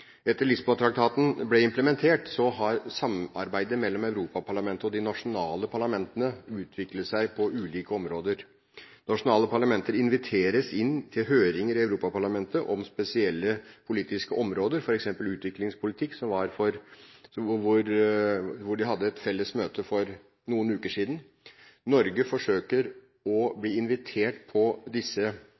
Etter at Lisboa-traktaten ble implementert, har samarbeidet mellom Europaparlamentet og de nasjonale parlamentene utviklet seg på ulike områder. Nasjonale parlamenter inviteres til høringer i Europaparlamentet om spesielle politiske områder, f.eks. utviklingspolitikk – og man hadde et felles møte for noen uker siden. Norge forsøker å bli invitert til disse